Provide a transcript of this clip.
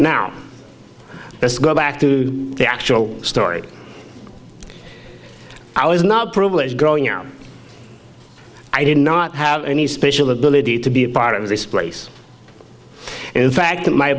now let's go back to the actual story i was not privileged growing around i did not have any special ability to be a part of this place in fact